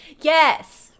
Yes